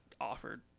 offered